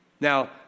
Now